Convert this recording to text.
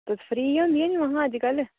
तुस फ्रि होंदी ओ ना अजकल